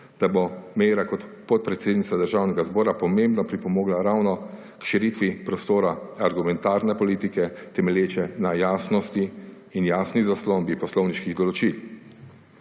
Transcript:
da bo Meira kot podpredsednica Državnega zbora pomembno pripomogla prav k širitvi prostora argumentirane politike, temelječe na jasnosti in jasni zaslombi poslovniških določil.